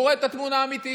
והוא רואה את התמונה האמיתית.